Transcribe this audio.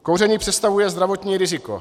Kouření představuje zdravotní riziko.